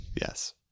Yes